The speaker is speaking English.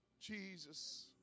Jesus